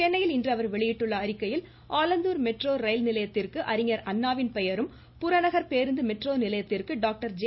சென்னையில் இன்று அவர் வெளியிட்டுள்ள அறிக்கையில் ஆலந்தூர் மெட்ரோ ரயில் நிலையத்திற்கு அறிஞர் அண்ணாவின் பெயரும் புறநகர் பேருந்து மெட்ரோ நிலையத்திற்கு டாக்டர் ஜெ